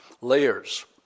layers